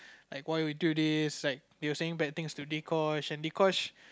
like why you do this like they were saying bad things to Dee-Kosh and Dee-Kosh